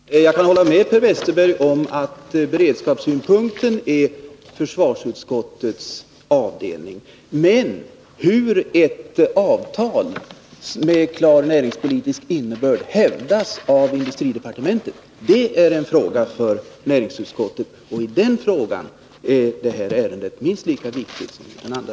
Herr talman! Jag kan hålla med Per Westerberg om att beredskapssynpunkten är försvarsutskottets avdelning. Men hur ett avtal med klar näringspolitisk innebörd hävdas i industridepartementet, det är en fråga för näringsutskottet. Och när det gäller den frågan är det här ärendet minst lika viktigt som andra.